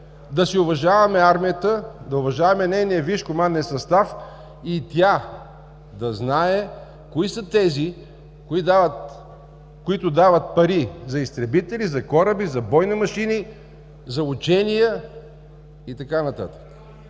да си уважаваме армията, да уважаваме нейния висш команден състав и тя да знае кои са тези, които дават пари за изтребители, за кораби, за бойни машини, за учения и така нататък.